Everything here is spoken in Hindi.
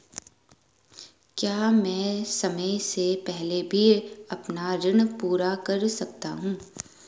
क्या मैं समय से पहले भी अपना ऋण पूरा कर सकता हूँ?